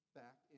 back